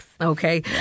Okay